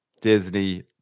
Disney